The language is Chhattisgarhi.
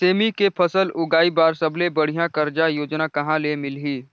सेमी के फसल उगाई बार सबले बढ़िया कर्जा योजना कहा ले मिलही?